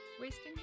wasting